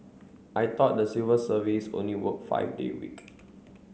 I thought the civil service only work five day week